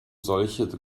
solche